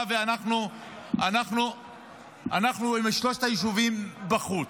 ואנחנו עם שלושת היישובים בחוץ.